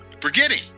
forgetting